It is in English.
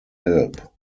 help